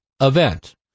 event